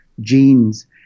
genes